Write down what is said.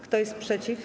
Kto jest przeciw?